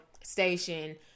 station